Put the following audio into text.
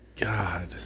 God